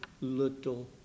little